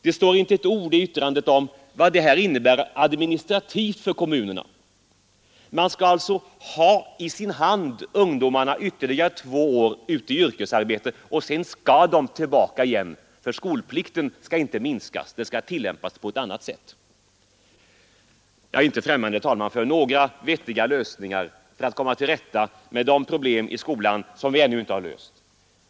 Det står inte ett ord i yttrandet om vad det innebär i administrativt avseende för kommunerna. Man skall ha ungdomarna i sin hand ytterligare två år ute i yrkesarbete och sedan skall de komma tillbaka, för skolplikten skall inte minska; den skall tillämpas på ett annat sätt. Jag är inte främmande, herr talman, för några vettiga lösningar för att komma till rätta med de problem i skolan som vi ännu inte har löst.